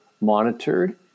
monitored